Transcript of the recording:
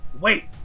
wait